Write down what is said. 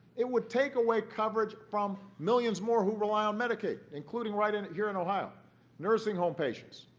it would take away coverage from millions more who rely on medicaid, including right and here in ohio nursing home patients,